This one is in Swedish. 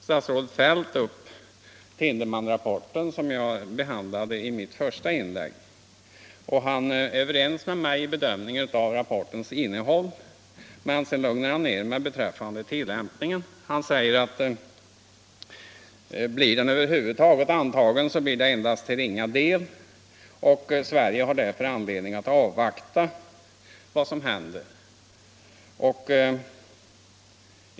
Statsrådet Feldt tog upp Tindemansrapporten, som jag behandlade i mitt första inlägg. Herr Feldt är överens med mig i bedömningen av rapportens innehåll, men han lugnar ner mig beträffande tillämpningen. Han säger att blir planen över huvud taget antagen blir den det endast till ringa del, och Sverige har därför anledning att avvakta vad som händer.